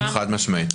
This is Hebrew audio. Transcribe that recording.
חד משמעית.